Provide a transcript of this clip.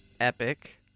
epic